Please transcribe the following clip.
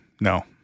no